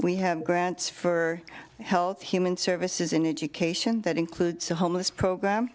we have grants for health and human services in education that includes the homeless program